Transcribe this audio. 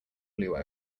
blue